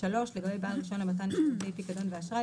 לגבי בעל רישיון למתן שירותי פיקדון ואשראי,